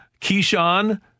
Keyshawn